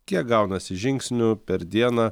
kiek gaunasi žingsnių per dieną